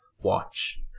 Watch